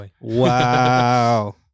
Wow